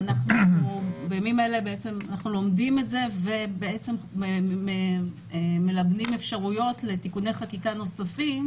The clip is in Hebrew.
בימים האלה אנחנו לומדים את זה ומלמדים אפשרויות לתיקוני חקיקה נוספים,